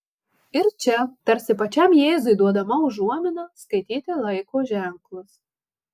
ir čia tarsi pačiam jėzui duodama užuomina skaityti laiko ženklus